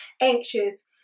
anxious